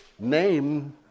name